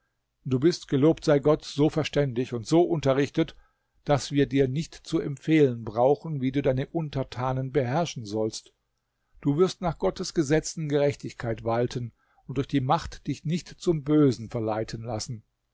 du bist gelobt sei gott so verständig und so unterrichtet daß wir dir nicht zu empfehlen brauchen wie du deine untertanen beherrschen sollst du wirst nach gottes gesetzen gerechtigkeit walten und durch die macht dich nicht zum bösen verleiten lassen